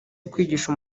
ukwigisha